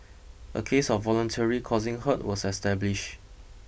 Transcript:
a case of voluntarily causing hurt was established